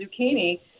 zucchini